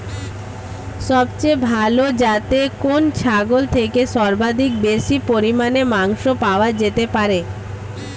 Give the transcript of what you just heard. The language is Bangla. সবচেয়ে ভালো যাতে কোন ছাগল থেকে সর্বাধিক বেশি পরিমাণে মাংস পাওয়া যেতে পারে?